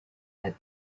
had